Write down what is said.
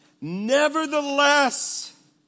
Nevertheless